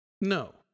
No